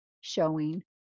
showing